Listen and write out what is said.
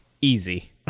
Easy